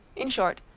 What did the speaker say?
in short,